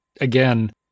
again